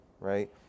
right